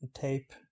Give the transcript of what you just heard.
tape